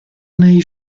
nei